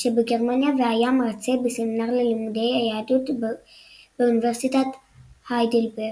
שבגרמניה והיה מרצה בסמינר ללימודי היהדות באוניברסיטת היידלברג.